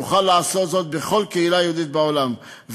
יוכל לעשות זאת בכל קהילה יהודית בעולם,